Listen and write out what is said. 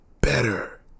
better